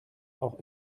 auch